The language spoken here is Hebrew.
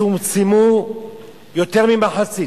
וצומצמו יותר ממחצית.